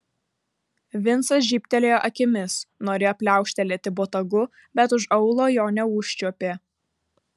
vincas žybtelėjo akimis norėjo pliaukštelėti botagu bet už aulo jo neužčiuopė